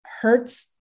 hurts